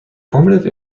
formative